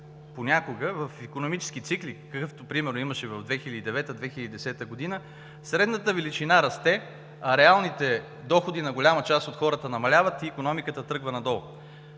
понякога в икономически цикли, какъвто примерно имаше през 2009 г. и през 2010 г. средната величина расте, а реалните доходи на голяма част от хората намаляват и икономиката тръгва надолу.